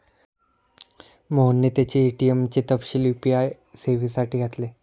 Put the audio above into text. मोहनने त्याचे ए.टी.एम चे तपशील यू.पी.आय सेवेसाठी घातले